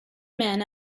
men